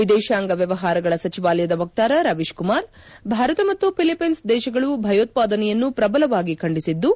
ವಿದೇಶಾಂಗ ವ್ಯವಹಾರಗಳ ಸಚಿವಾಲಯದ ವಕ್ತಾರ ರವೀಶ್ ಕುಮಾರ್ ಭಾರತ ಮತ್ತು ಫಿಲಿಪ್ಟಿನ್ಸ್ ದೇಶಗಳು ಭಯೋತ್ಪಾದನೆಯನ್ನು ಪ್ರಬಲವಾಗಿ ಖಂಡಿಸಿದ್ದು